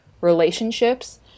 relationships